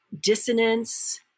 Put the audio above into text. dissonance